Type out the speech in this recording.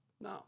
No